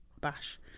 bash